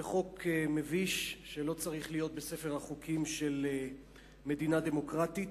זה חוק מביש שלא צריך להיות בספר החוקים של מדינה דמוקרטית.